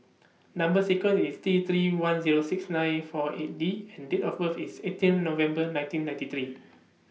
Number sequence IS T three one Zero six nine four eight D and Date of birth IS eighteen November nineteen ninety three